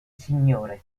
signore